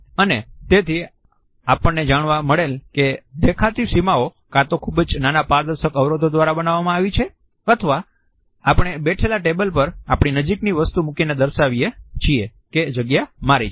અને તેથી આપણને જાણવા મળેલ કે દેખાતી સીમાઓ કાં તો ખૂબ જ નાના પારદર્શક અવરોધો દ્વારા બનાવવામાં આવી છે અથવા આપણે બેઠેલા ટેબલ પર આપણી નજીકની વસ્તુ મૂકીને દર્શાવીએ છીએ કે જગ્યા મારી છે